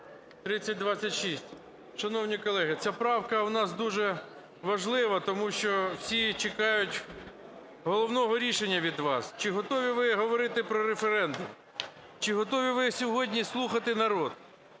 3026. Шановні колеги, ця правка у нас дуже важлива, тому що всі її чекають, головного рішення від вас. Чи готові ви говорити про референдум, чи готові ви сьогодні слухати народ?